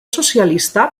socialista